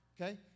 Okay